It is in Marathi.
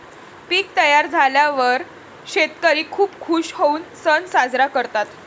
पीक तयार झाल्यावर शेतकरी खूप खूश होऊन सण साजरा करतात